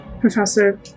Professor